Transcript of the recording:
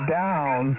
down